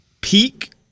peak